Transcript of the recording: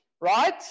Right